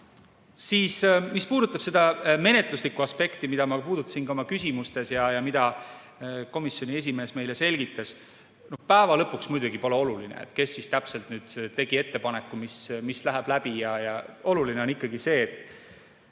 tänu! Mis puudutab menetluslikku aspekti, mida ma puudutasin oma küsimustes ja mida komisjoni esimees meile selgitas, siis päeva lõpuks muidugi pole oluline, kes siis täpselt tegi ettepaneku, mis läheb läbi. Oluline on ikkagi see, et